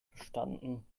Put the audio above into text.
bestanden